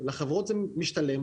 לחברות זה משתלם,